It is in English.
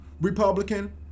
Republican